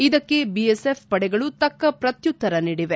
ಇದಕ್ಕೆ ಬಿಎಸ್ಎಫ್ ಪಡೆಗಳು ತಕ್ಕ ಪ್ರತ್ಯುತ್ತರ ನೀಡಿವೆ